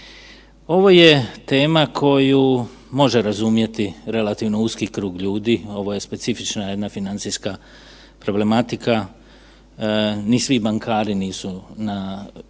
Ovo je tema koju može razumjeti relativno uski krug ljudi, ovo je specifična jedna financijska problematika. Ni svi bankari nisu na